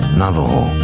navajo,